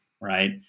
right